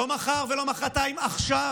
לא מחר ולא מוחרתיים, עכשיו.